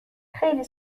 خیلی